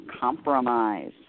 compromise